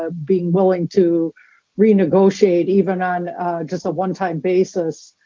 ah being willing to renegotiate even on just a one-time basis,